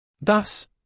Thus